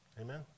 Amen